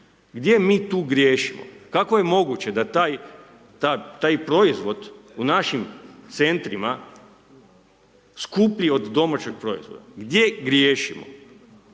Gdje mi tu griješimo? Kako je moguće da taj proizvod u našim centrima skuplji od domaćeg proizvoda? Gdje griješimo?